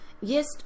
Yes